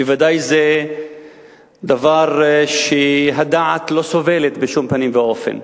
בוודאי זה דבר שהדעת לא סובלת בשום פנים ואופן.